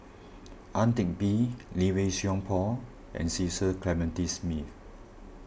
Ang Teck Bee Lee Wei Song Paul and Cecil Clementi Smith